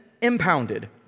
impounded